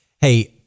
Hey